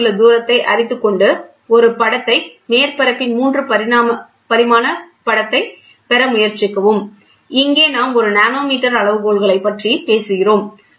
இடையில் உள்ள தூரத்தை அறிந்துகொண்டு ஒரு படத்தை மேற்பரப்பின் 3 பரிமாண படத்தைப் பெற முயற்சிக்கவும் இங்கே நாம் ஒரு நானோமீட்டர் அளவுகோல்களைப் பற்றி பேசுகிறோம்